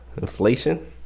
Inflation